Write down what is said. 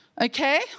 okay